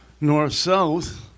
north-south